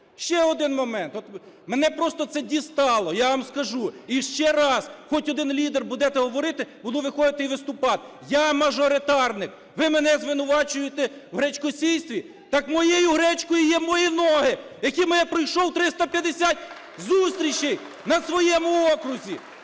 Ще один момент. От мене просто це дістало! Я вам скажу, ще раз хоч один лідер буде те говорити, буду виходити і виступати. Я мажоритарник, ви мене звинувачуєте у гречкосійстві? Так моєю гречкою є мої ноги, якими я пройшов 350 зустрічей на своєму окрузі!